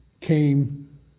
came